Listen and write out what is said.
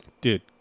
dude